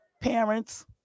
parents